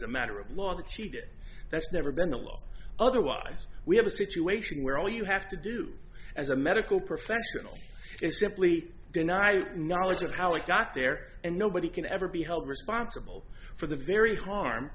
a matter of law that she did that's never been a law otherwise we have a situation where all you have to do as a medical professional is simply deny knowledge of how it got there and nobody can ever be held responsible for the very harm